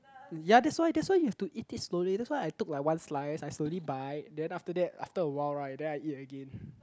ya that's why that's why you have to eat it slowly that's why I took like one slice I slowly bite then after that after awhile right then I eat again